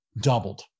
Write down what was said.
doubled